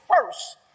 first